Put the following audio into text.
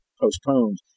postponed